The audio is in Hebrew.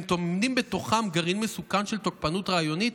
הם טומנים בתוכם גרעין מסוכן של תוקפנות רעיונית